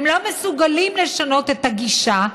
הם לא מסוגלים לשנות את הגישה,